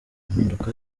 impinduka